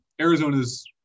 Arizona's